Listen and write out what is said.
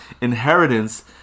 inheritance